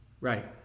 Right